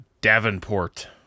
Davenport